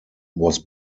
was